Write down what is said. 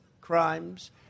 crimes